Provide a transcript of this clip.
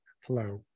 flow